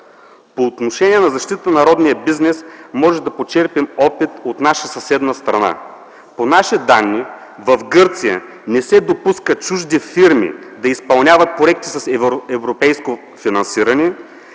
По отношение на защитата на родния бизнес можем да почерпим опит от наша съседна страна. По наши данни в Гърция не се допускат чужди фирми да изпълняват проекти с европейско финансиране,